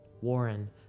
Warren